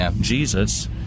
Jesus